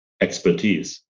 expertise